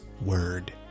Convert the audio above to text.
word